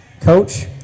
Coach